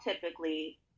typically